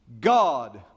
God